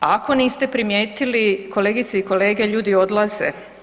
Ako niste primijetili kolegice i kolege, ljudi odlaze.